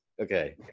Okay